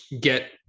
get